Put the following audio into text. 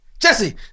Jesse